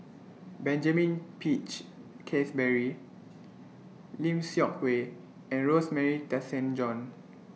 Benjamin Peach Keasberry Lim Seok Hui and Rosemary Tessensohn